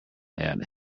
hat